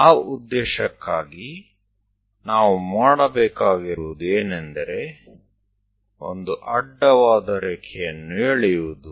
ಆ ಉದ್ದೇಶಕ್ಕಾಗಿ ನಾವು ಮಾಡಬೇಕಾಗಿರುವುದು ಏನೆಂದರೆ ಒಂದು ಅಡ್ಡವಾದ ರೇಖೆಯನ್ನು ಎಳೆಯುವುದು